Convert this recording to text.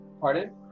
Pardon